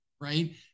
right